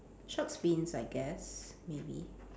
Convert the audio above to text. shark's fins I guess maybe